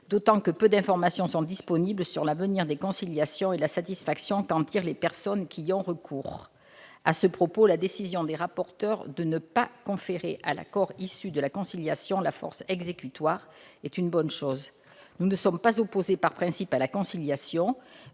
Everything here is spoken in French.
D'autant que peu d'informations sont disponibles sur l'avenir des conciliations et la satisfaction qu'en tirent les personnes qui y ont recours. À ce propos, la décision des rapporteurs de ne pas conférer à l'accord issu de la conciliation la force exécutoire est une bonne chose. Nous ne sommes pas opposés par principe à la conciliation,